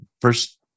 first